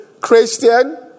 Christian